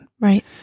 Right